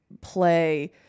play